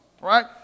right